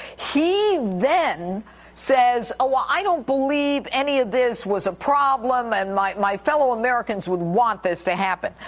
he then says, oh ah well, i don't believe any of this was a problem, and my my fellow americans would want this to happen.